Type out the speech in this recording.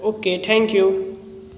okay thank you